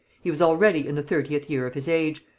he was already in the thirtieth year of his age,